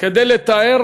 כדי לתאר